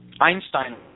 Einstein